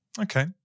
Okay